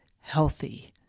healthy